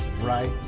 right